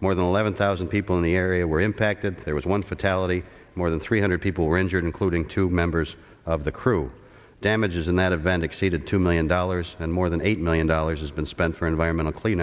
more than eleven thousand people in the area were impacted there was one fatality more than three hundred people were injured including two members of the crew damages in that event exceeded two million dollars and more than eight million dollars has been spent for environmental clean